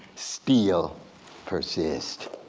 still persist.